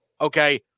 okay